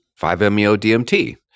5-meo-dmt